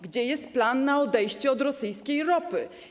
Gdzie jest plan na odejście od rosyjskiej ropy?